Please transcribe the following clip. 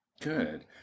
Good